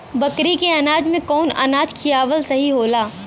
बकरी के अनाज में कवन अनाज खियावल सही होला?